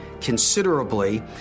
considerably